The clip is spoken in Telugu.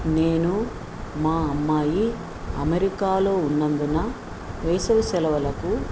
నేను మా అమ్మాయి అమెరికాలో ఉన్నందున వేసవి సెలవులకు